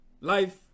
life